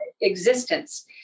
existence